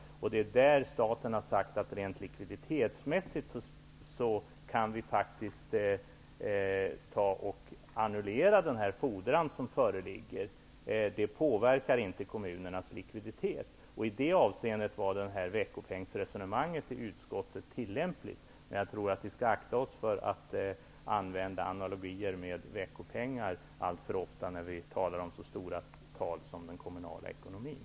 Från statens sida har man uttalat att man rent likviditetsmässigt kan annullera den fordran som föreligger. Detta påverkar inte kommunernas likviditet. I detta avseende var resonemanget i utskottet om veckopengen tillämpligt. Men jag tror att vi bör akta oss för att använda analogier med veckopengar alltför ofta när vi talar om så stora tal som det är fråga om i den kommunala ekonomin.